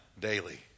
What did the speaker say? daily